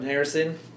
Harrison